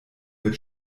mit